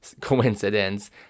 coincidence